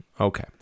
Okay